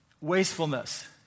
wastefulness